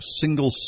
single